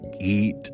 eat